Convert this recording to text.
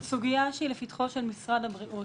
זו סוגיה שהיא לפתחו של משרד הבריאות,